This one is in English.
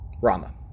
Rama